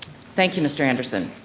thank you, mr. anderson.